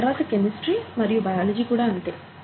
ఆ తరువాత కెమిస్ట్రీ మరియు బయాలజీ కూడా అంతే